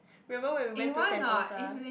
remember when we went to Sentosa